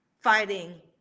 fighting